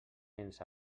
ens